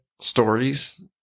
stories